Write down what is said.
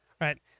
right